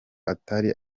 atari